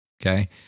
okay